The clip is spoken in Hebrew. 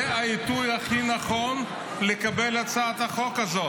זה העיתוי הכי נכון לקבל את הצעת החוק הזאת.